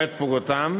ומועד תפוגתם"